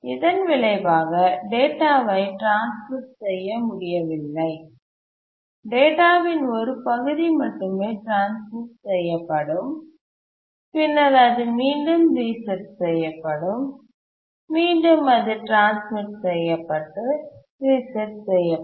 இதன் விளைவாக டேட்டாவை ட்ரான்ஸ்மிட் செய்ய முடியவில்லை டேட்டாவின் ஒரு பகுதி மட்டுமே ட்ரான்ஸ்மிட் செய்யப்படும் பின்னர் அது மீண்டும் ரீசெட் செய்யப்படும் மீண்டும் அது ட்ரான்ஸ்மிட் செய்யப்பட்டு ரீசெட் செய்யப்படும்